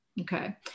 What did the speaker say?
Okay